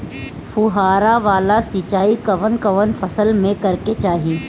फुहारा वाला सिंचाई कवन कवन फसल में करके चाही?